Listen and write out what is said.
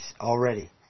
already